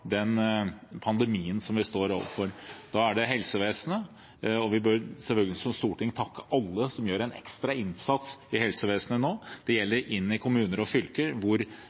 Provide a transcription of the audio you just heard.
den pandemien vi står overfor. Vi bør som storting takke alle som gjør en innsats i helsevesenet nå. Det gjelder kommuner og fylker,